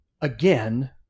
again